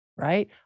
right